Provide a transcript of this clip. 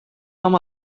home